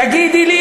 תגידי לי,